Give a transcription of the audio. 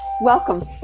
welcome